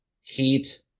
Heat